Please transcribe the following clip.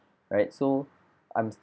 right so I'm